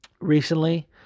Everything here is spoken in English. recently